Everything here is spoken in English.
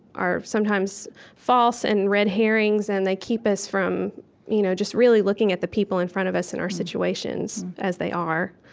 are sometimes false and red herrings, and they keep us from you know just really looking at the people in front of us, and our situations as they are,